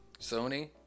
Sony